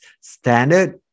standard